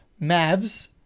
Mavs